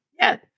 Yes